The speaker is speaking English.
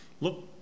Look